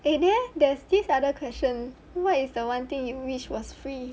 eh then there there's this other question what is the one thing you wish was free